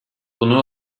bunun